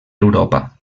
europa